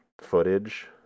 footage